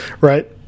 right